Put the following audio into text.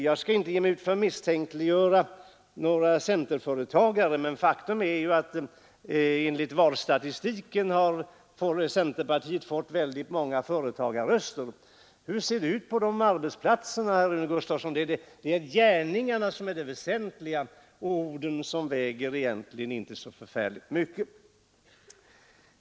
Jag skall inte ge mig ut för att misstänkliggöra några centerföretagare, men faktum är att enligt valstatistiken har centerpartiet fått väldigt många företagarröster. Hur ser det ut på de arbetsplatserna, herr Gustavsson? Det är gärningarna som är det väsentliga. Orden väger egentligen inte så förfärligt mycket.